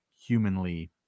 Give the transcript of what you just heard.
humanly